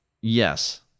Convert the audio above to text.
Yes